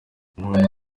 abantu